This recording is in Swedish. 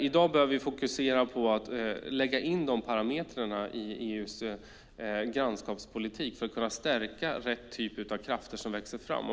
I dag bör vi fokusera på att lägga in de parametrarna i EU:s grannskapspolitik för att kunna stärka rätt typ av framväxande krafter.